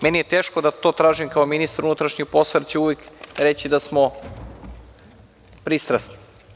Meni je teško da to tražim kao ministar unutrašnjih poslova, jer će posle uvek reći da smo pristrasni.